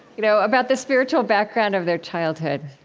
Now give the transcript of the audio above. you know about the spiritual background of their childhood.